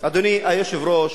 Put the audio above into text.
אדוני היושב-ראש,